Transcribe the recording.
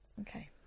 Okay